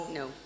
no